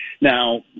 Now